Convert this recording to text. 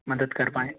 मदद कर पाएं